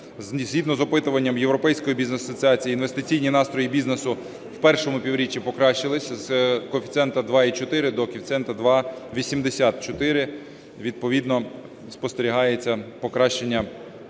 Згідно з опитуванням Європейської Бізнес Асоціації, інвестиційні настрої бізнесу в першому півріччі покращились з коефіцієнта 2,4 до коефіцієнта 2,84, відповідно спостерігається покращення ситуації.